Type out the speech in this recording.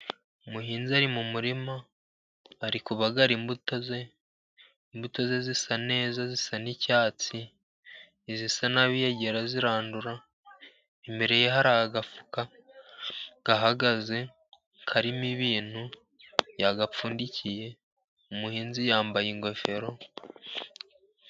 Umuhinzi ari mu murima ari kubagara imbuto ze, imbuto ze zisa neza zisa n'icyatsi izisa nabi yagiye arazirandura, imbere ye hari agafuka gahagaze karimo ibintu yagapfundikiye umuhinzi yambaye ingofero.